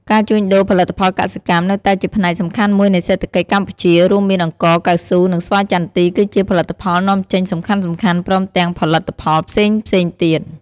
ការជួញដូរ ផលិតផលកសិកម្ម នៅតែជាផ្នែកសំខាន់មួយនៃសេដ្ឋកិច្ចកម្ពុជារួមមានអង្ករ កៅស៊ូ និងស្វាយចន្ទីគឺជា ផលិតផលនាំចេញសំខាន់ៗព្រមទាំងផលិតផលផ្សេងៗទៀត។